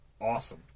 Awesome